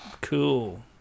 cool